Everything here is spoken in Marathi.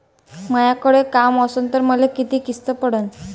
मायाकडे काम असन तर मले किती किस्त पडन?